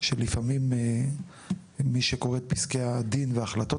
לפעמים מי שקורא את פסקי הדין וההחלטות